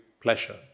pleasure